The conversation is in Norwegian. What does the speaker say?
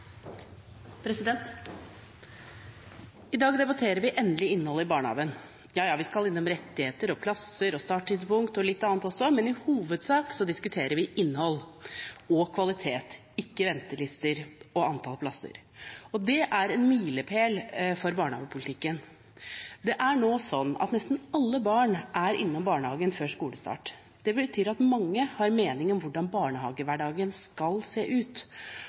litt annet også, men i hovedsak diskuterer vi innhold og kvalitet, ikke ventelister og antall plasser. Det er en milepæl for barnehagepolitikken. Det er nå sånn at nesten alle barn er innom barnehagen før skolestart. Det betyr at mange har meninger om hvordan barnehagehverdagen skal se ut,